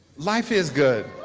life is good.